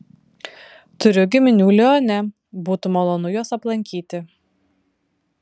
turiu giminių lione būtų malonu juos aplankyti